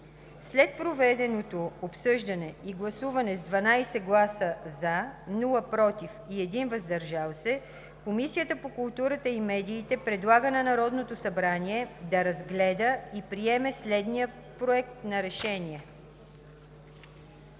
След проведеното обсъждане и гласуване с 12 гласа „за“, без „против“ и 1 „въздържал се“ Комисията по културата и медиите предлага на Народното събрание да разгледа и приеме следния Проект на решение: